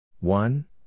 One